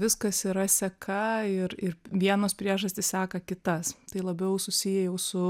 viskas yra seka ir ir vienos priežastys seka kitas tai labiau susiję jau su